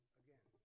again